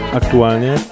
aktualnie